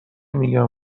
میگن